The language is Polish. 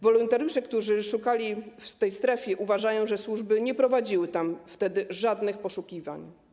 Wolontariusze, którzy szukali w tej strefie, uważają, że służby nie prowadziły tam wtedy żadnych poszukiwań.